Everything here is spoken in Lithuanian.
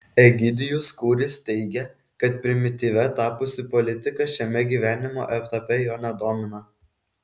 egidijus kūris teigia kad primityvia tapusi politika šiame gyvenimo etape jo nedomina